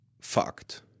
fucked